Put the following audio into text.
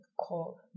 call